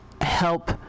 help